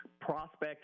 Prospect